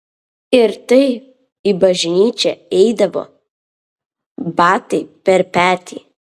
ir tai į bažnyčią eidavo batai per petį